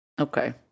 Okay